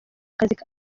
kazi